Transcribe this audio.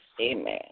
Amen